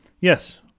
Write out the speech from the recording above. Yes